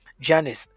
Janice